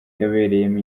yabereyemo